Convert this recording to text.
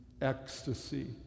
ecstasy